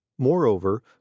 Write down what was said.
Moreover